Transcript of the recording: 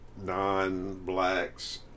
non-blacks